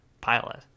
pilot